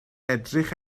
edrych